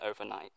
overnight